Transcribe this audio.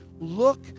Look